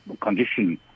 condition